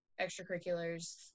extracurriculars